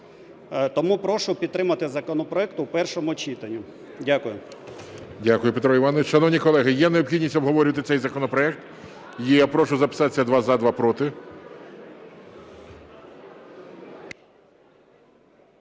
Тому прошу підтримати законопроект в першому читанні. Дякую. ГОЛОВУЮЧИЙ. Дякую, Петро Іванович. Шановні колеги, є необхідність обговорювати цей законопроект? Є. Прошу записатися: два – за, два – проти.